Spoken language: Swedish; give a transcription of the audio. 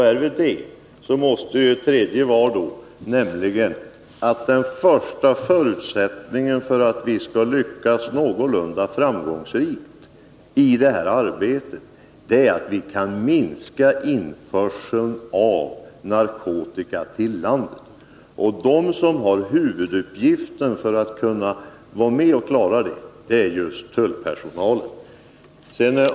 Är vi överens om det, borde vi också vara överens om att den första förutsättningen för att vi skall Nr 110 kunna vara någorlunda framgångsrika i det arbetet är att vi kan minska Torsdagen den införseln av narkotika till landet. De som har huvuduppgiften när det gäller 2 april 1981 att klara detta är just tullpersonalen.